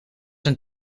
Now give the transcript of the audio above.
een